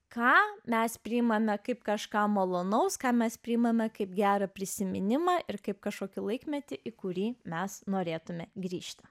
ką mes priimame kaip kažką malonaus ką mes priimame kaip gerą prisiminimą ir kaip kažkokį laikmetį į kurį mes norėtumėme grįžti